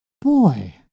boy